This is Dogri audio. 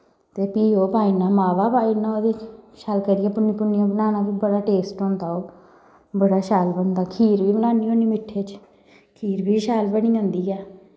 ते फ्ही ओह् पाई ओड़ना मावा पाई ओड़ना ओह्दे च शैल करियै भुन्नी भुन्नियै बनाना फ्ही बड़ा टेस्ट होंदा ओह् बड़ा शैल बनदा खीर बी बनान्नी होन्नी मिट्ठे च खीर बी शैल बनी जंदी ऐ